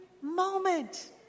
moment